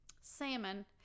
Salmon